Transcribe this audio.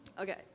Okay